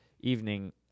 evening